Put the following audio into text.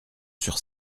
sur